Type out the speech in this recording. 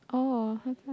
oh sometimes